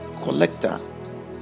collector